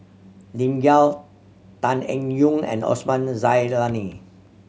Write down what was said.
Lim Yau Tan Eng Yoon and Osman Zailani